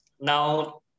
now